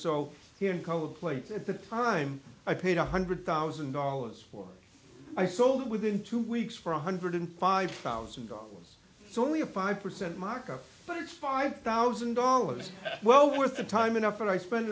so here and colored plates at the time i paid one hundred thousand dollars for i sold it within two weeks for one hundred five thousand dollars it's only a five percent markup but it's five thousand dollars well worth the time and effort i spend